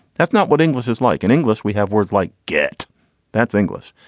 that's not what english is like in english. we have words like get that's english,